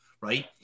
right